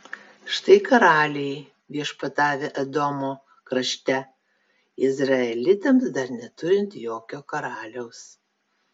štai karaliai viešpatavę edomo krašte izraelitams dar neturint jokio karaliaus